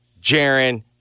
Jaron